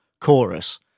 chorus